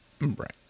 Right